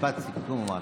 משפט סיכום.